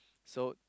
so